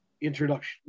introduction